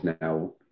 now